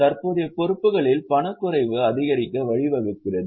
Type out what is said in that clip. தற்போதைய பொறுப்புகளில் பணக் குறைவு அதிகரிக்க வழிவகுக்கிறது